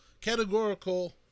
categorical